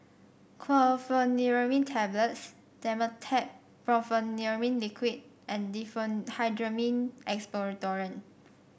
Chlorpheniramine Tablets Dimetapp Brompheniramine Liquid and Diphenhydramine Expectorant